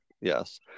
Yes